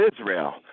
Israel